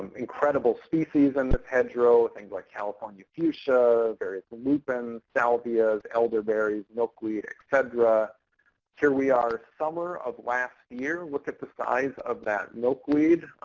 incredible species in this hedgerow, things like california fuchsia, various lupin, salvias, elderberries, milkweed, ephedra. here we are summer of last year. look at the size of that milkweed.